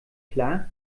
klar